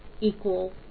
equal